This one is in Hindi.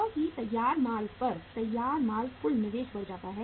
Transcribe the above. क्योंकि तैयार माल पर तैयार माल कुल निवेश बढ़ जाता है